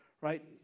right